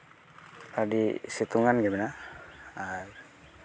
ᱟᱹᱰᱤ ᱥᱤᱛᱩᱝᱟᱱ ᱜᱮ ᱢᱮᱱᱟᱜᱼᱟ ᱟᱨ